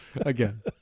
Again